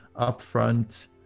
upfront